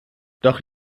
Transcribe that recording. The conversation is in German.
doch